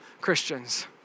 Christians